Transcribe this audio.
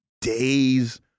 days